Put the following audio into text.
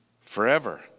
forever